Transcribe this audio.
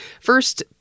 first